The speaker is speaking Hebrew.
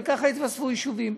וככה התווספו יישובים.